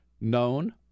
known